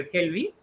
Kelvi